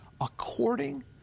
according